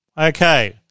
Okay